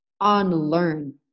unlearn